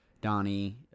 Donnie